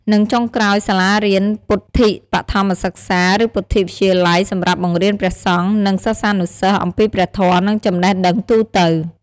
និងចុងក្រោយសាលារៀនពុទ្ធិកបឋមសិក្សា ឬពុទ្ធិកវិទ្យាល័យសម្រាប់បង្រៀនព្រះសង្ឃ និងសិស្សានុសិស្សអំពីព្រះធម៌ និងចំណេះដឹងទូទៅ។